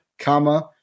Comma